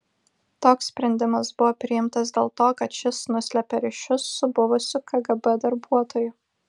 toks sprendimas buvo priimtas dėl to kad šis nuslėpė ryšius su buvusiu kgb darbuotoju